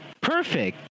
Perfect